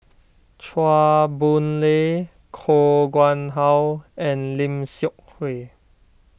Chua Boon Lay Koh Nguang How and Lim Seok Hui